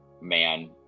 man